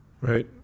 right